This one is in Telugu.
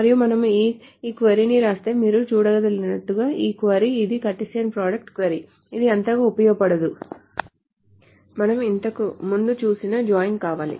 మరియు మనము ఈ క్వరీను వ్రాస్తే మీరు చూడగలిగినట్లుగా ఈ క్వరీ ఇది కార్టీసియన్ ప్రొడక్ట్ క్వరీ ఇది అంతగా ఉపయోగపడదు మనం ఇంతకు ముందు చూసిన జాయిన్ కావాలి